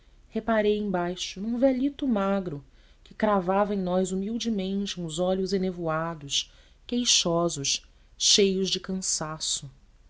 reparei embaixo num velhito magro que cravava em nós humildemente uns olhos enevoados queixosos cheios de cansaço